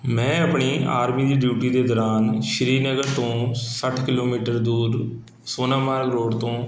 ਮੈਂ ਆਪਣੀ ਆਰਮੀ ਦੀ ਡਿਊਟੀ ਦੇ ਦੌਰਾਨ ਸ੍ਰੀਨਗਰ ਤੋਂ ਸੱਠ ਕਿਲੋਮੀਟਰ ਦੂਰ ਸੋਨਾਮਾਰ ਰੋਡ ਤੋਂ